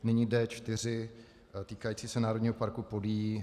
Nyní D4 týkající se Národního parku Podyjí.